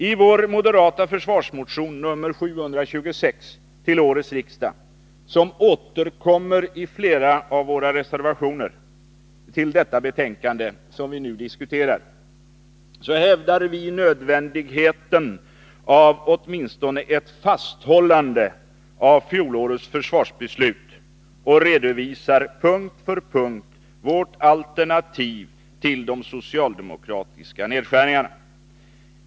I den moderata försvarsmotionen 726 till årets riksdag, som återkommer i flera av våra reservationer till det betänkande vi nu diskuterar, hävdar vi nödvändigheten av åtminstone ett fasthållande av fjolårets försvarsbeslut och redovisar punkt för punkt vårt alternativ till de socialdemokratiska nedskärningarna.